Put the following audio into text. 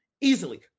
easily